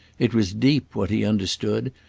it was deep, what he understood,